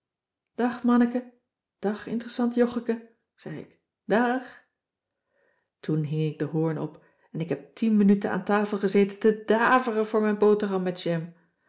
dag manneke dag interessant joggeke zei ik daag toen hing ik den hoorn op en ik heb tien minuten aan tafel gezeten te daveren voor mijn boterham met jam